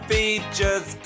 Features